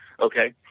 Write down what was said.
okay